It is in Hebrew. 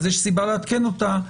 אז יש סיבה לעדכן אותה.